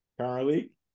currently